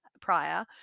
prior